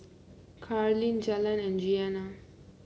Carlene Jalen and Jeana